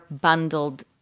bundled